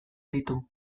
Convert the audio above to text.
ditu